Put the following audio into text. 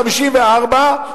1954,